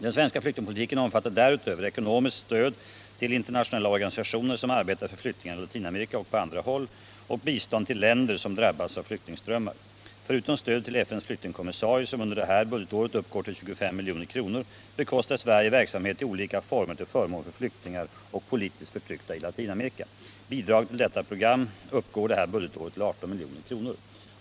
Den svenska flyktingpolitiken omfattar därutöver ekonomiskt stöd till internationella organisationer som arbetar för flyktingar i Latinamerika och på andra håll och bistånd till länder som har drabbats av flyktingströmmar. Förutom stödet till FN:s flyktingkommissarie, som under det här budgetåret uppgår till 25 milj.kr., bekostar Sverige verksamhet i olika former till förmån för flyktingar och politiskt förtryckta i Latinamerika. Bidraget till detta program uppgår det här budgetåret till 18 milj.kr.